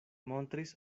montris